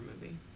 movie